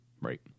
Right